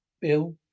Bill